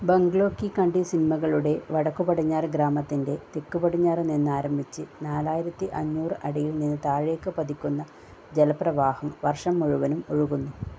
bungalow കി കണ്ടി സിനിമകളുടെ വടക്കു പടിഞ്ഞാറ് ഗ്രാമത്തിൻ്റെ തെക്കു പടിഞ്ഞാറ് നിന്ന് ആരംഭിച്ച് നാലായിരത്തി അഞ്ഞൂറ് അടിയിൽ നിന്ന് താഴേക്ക് പതിക്കുന്ന ജല പ്രവാഹം വർഷം മുഴുവനും ഒഴുകുന്നു